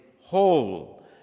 whole